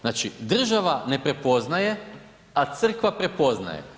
Znači država ne prepoznaje, a Crkva prepoznaje.